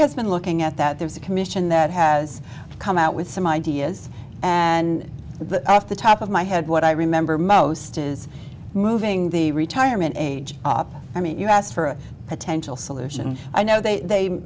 has been looking at that there's a commission that has come out with some ideas and the off the top of my head what i remember most is moving the retirement age up i mean you asked for a potential solution i know they